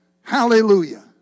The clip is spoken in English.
Hallelujah